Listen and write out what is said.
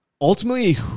Ultimately